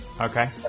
Okay